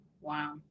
Wow